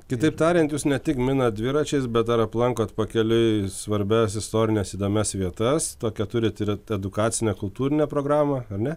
kitaip tariant jūs ne tik minat dviračiais bet dar aplankot pakeliui svarbias istorines įdomias vietas tokią turit ir edukacinę kultūrinę programą ar ne